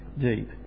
deep